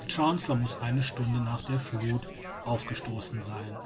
der chancellor muß eine stunde nach der fluth aufgestoßen sein